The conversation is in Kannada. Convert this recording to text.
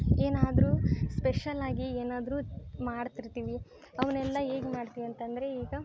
ಏನಾದರೂ ಸ್ಪೆಷಲ್ ಆಗಿ ಏನಾದರೂ ಮಾಡ್ತಿರ್ತೀವಿ ಅವನ್ನೆಲ್ಲ ಹೇಗೆ ಮಾಡ್ತೀವಿ ಅಂತ ಅಂದರೆ ಈಗ